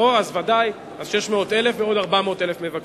אז ודאי, 600,000 ועוד 400,000 מבקרים.